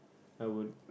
I would